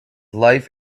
life